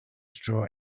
straw